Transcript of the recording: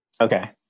Okay